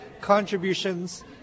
contributions